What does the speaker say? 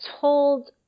told